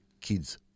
kids